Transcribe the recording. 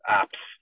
apps